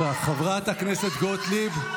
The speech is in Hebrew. אדוני היושב-ראש, חבריי חברי הכנסת, כנסת נכבדה.